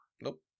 Nope